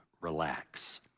relax